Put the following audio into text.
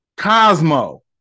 Cosmo